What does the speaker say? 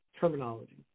terminology